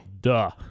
Duh